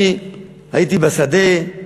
אני הייתי בשדה,